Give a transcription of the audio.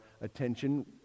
attention